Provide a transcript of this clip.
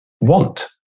want